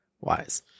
wise